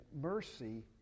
mercy